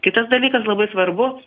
kitas dalykas labai svarbu